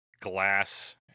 glass